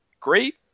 great